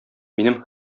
минем